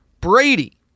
Brady